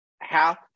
half